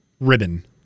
ribbon